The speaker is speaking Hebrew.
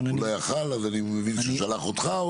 הוא לא יכול היה אז אני מבין שהוא שלח אותך?